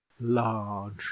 large